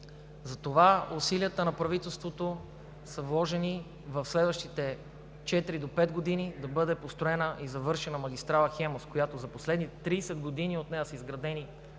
Затова усилията на правителството са вложени в следващите четири до пет години да бъде построена и завършена магистрала „Хемус“, по която за последните 30 години са изградени